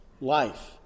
life